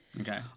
Okay